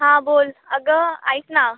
हां बोल अगं ऐक ना